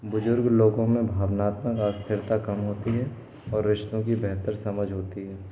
बुज़ुर्ग लोगों में भावनात्मक अस्थिरता कम होती हैं और रिश्तों की बेहतर समझ होती है